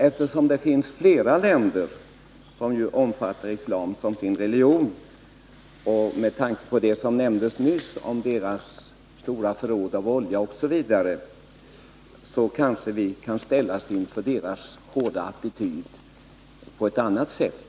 Eftersom det finns flera länder som omfattar islam som sin religion — och med tanke på vad som nämndes nyss om deras stora förråd av olja osv. — kanske vi kan ställas inför deras hårda attityd på ett annat sätt.